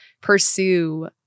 pursue